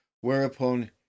whereupon